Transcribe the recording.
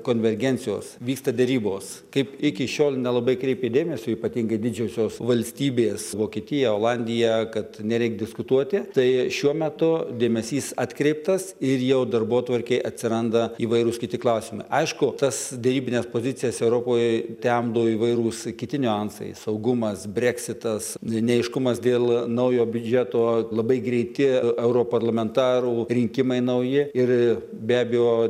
konvergencijos vyksta derybos kaip iki šiol nelabai kreipė dėmesio ypatingai didžiosios valstybės vokietija olandija kad nereik diskutuoti tai šiuo metu dėmesys atkreiptas ir jau darbotvarkėj atsiranda įvairūs kiti klausimai aišku tas derybines pozicijas europoje temdo įvairūs kiti niuansai saugumas breksitas neaiškumas dėl naujo biudžeto labai greiti europarlamentarų rinkimai nauji ir be abejo